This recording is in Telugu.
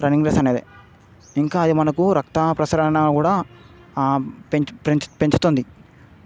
రన్నింగ్ రేస్ అనేది ఇంకా అవి మనకు రక్త ప్రసరణ కూడా పెం పెంచు పెంచుతుంది